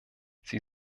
sie